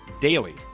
daily